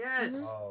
Yes